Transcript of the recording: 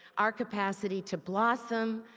our capacity to blossom,